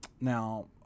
Now